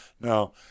now